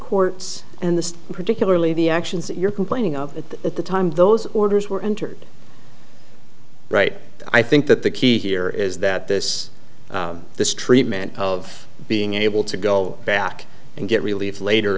courts and the particularly the actions that you're complaining of at the at the time those orders were entered right i think that the key here is that this this treatment of being able to go back and get relief later